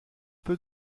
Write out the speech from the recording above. peu